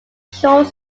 short